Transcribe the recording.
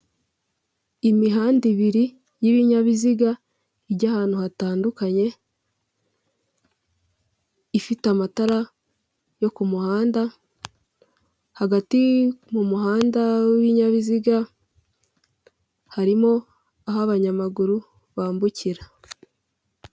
Imihanda ibiri y'ibinyabiziga ijya ahantu hatandukanye, ifite amatara yo ku kumuhanda, hagati mu muhanda w'ibibinyabiziga, harimo aho abanyamaguru bambukira.